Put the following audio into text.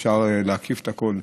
אי-אפשר להקיף את הכול.